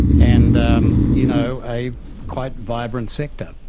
and um you know a quite vibrant sector.